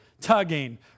tugging